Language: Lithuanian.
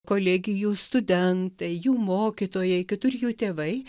kolegijų studentai jų mokytojai kitur jų tėvai